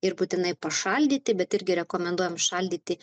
ir būtinai pašaldyti bet irgi rekomenduojam šaldyti